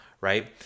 right